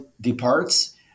departs